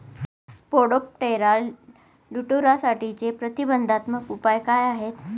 Spodoptera लिट्युरासाठीचे प्रतिबंधात्मक उपाय काय आहेत?